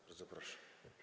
Bardzo proszę.